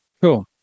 Cool